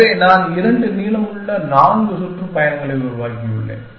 எனவே நான் இரண்டு நீளமுள்ள நான்கு சுற்றுப்பயணங்களை உருவாக்கியுள்ளேன்